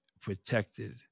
protected